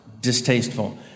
distasteful